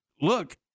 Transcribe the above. look